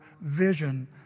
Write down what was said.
vision